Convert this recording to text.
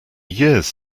years